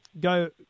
go